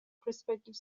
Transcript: prospective